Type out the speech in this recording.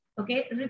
okay